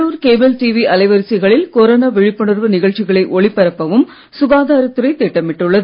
உள்ளூர் கேபிள் அலைவரிசைகளில்கொரோனா விழிப்புணர்வு நிகழ்ச்சிகளை ஒளிபரப்பவும் சுகாதாரத் துறை திட்டமிட்டுள்ளது